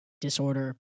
disorder